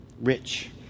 rich